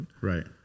Right